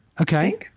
Okay